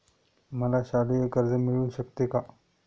मला शालेय कर्ज मिळू शकते का?